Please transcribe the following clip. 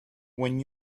when